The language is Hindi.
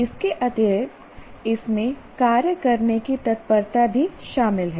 इसके अतिरिक्त इसमें कार्य करने की तत्परता भी शामिल है